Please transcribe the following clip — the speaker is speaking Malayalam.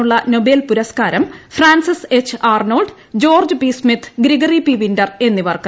രസതന്ത്രത്തിനുള്ള നൊബേൽ പുരസ്കാരം Frances H Arnold George P Smith Gregory P Winter എന്നിവർക്ക്